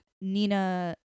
Nina